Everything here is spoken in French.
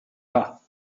pas